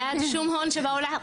בעד שום הון שבעולם,